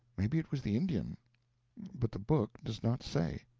maybe it was the indian but the book does not say.